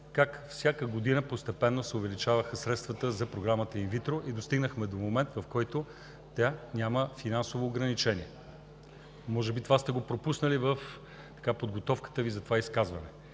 – всяка година се увеличаваха средствата за Програмата инвитро и достигнахме до момент, в който тя няма финансово ограничение. Може би това сте го пропуснали в подготовката Ви за това изказване?